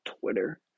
Twitter